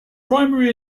primary